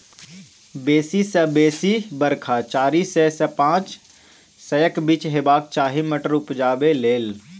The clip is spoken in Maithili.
बेसी सँ बेसी बरखा चारि सय सँ पाँच सयक बीच हेबाक चाही मटर उपजाबै लेल